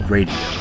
Radio